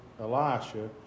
Elisha